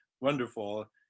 wonderful